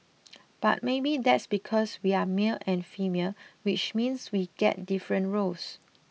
but maybe that's because we're male and female which means we get different roles